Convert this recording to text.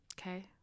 Okay